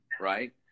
right